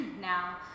now